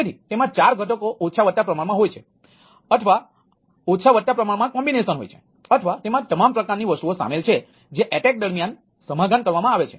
તેથી જો આપણે જોઈએ તો સામાન્ય રીતે 4 પ્રકારની વસ્તુઓ હોય છે